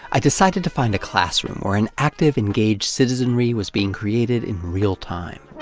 i decided to find a classroom where an active, engaged citizenry was being created in real time.